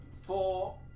four